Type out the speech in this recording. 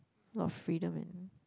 a lot of freedom and